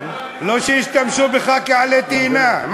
לא שישתמשו בך כעלה תאנה.